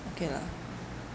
okay lah